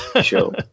show